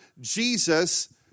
Jesus